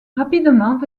rapidement